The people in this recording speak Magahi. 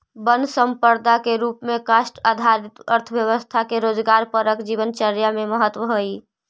वन सम्पदा के रूप में काष्ठ आधारित अर्थव्यवस्था के रोजगारपरक जीवनचर्या में महत्त्व हइ